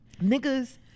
niggas